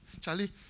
Charlie